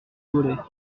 volets